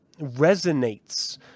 resonates